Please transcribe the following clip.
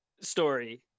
story